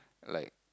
like